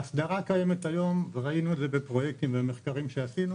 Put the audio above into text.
ההסדרה הקיימת היום ראינו את זה בפרויקטים ומחקרים שעשינו